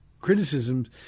criticisms